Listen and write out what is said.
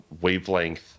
wavelength